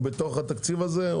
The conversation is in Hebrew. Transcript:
הוא בתוך התקציב הזה?